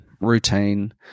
routine